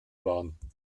waren